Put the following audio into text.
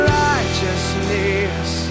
righteousness